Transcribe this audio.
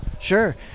Sure